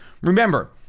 remember